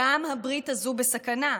גם הברית הזו בסכנה.